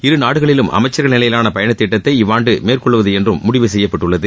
இரு நாடுகளிலும் அமைச்சர்கள் நிலையிலான பயணத் திட்டத்தை இவ்வாண்டு மேற்கொள்வது என்றும் முடிவு செய்யப்பட்டுள்ளது